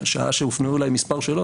שעה שהופנו אליי מספר שאלות,